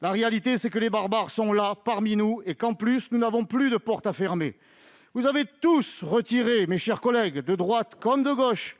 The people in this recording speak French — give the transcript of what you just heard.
La réalité, c'est que les barbares sont là, parmi nous, et qu'en plus nous n'avons plus de porte à fermer. Mes chers collègues, de droite comme de gauche,